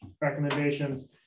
recommendations